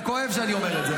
זה כואב שאני אומר את זה,